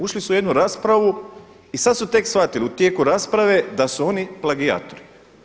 Ušli su u jednu raspravu i sada su tek shvatili u tijeku rasprave da su oni plagijatori.